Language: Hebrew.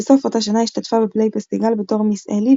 בסוף אותה שנה השתתפה ב״play פסטיגל״ בתור מיס אלי,